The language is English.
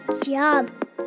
job